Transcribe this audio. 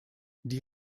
die